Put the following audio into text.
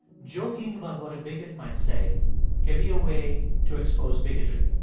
joking about what a bigot might say can be a way to expose bigotry.